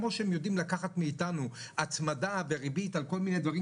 כמו שהם יודעים לקחת מאתנו הצמדה וריבית על כל מיני דברים